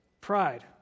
Pride